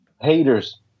haters